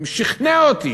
שכנע אותי,